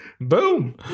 Boom